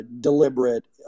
deliberate